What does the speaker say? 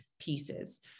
pieces